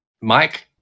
mike